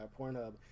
Pornhub